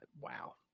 Wow